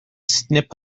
snip